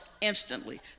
instantly